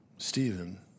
Stephen